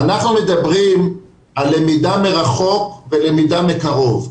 אנחנו מדברים על למידה מרחוק ולמידה מקרוב.